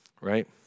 right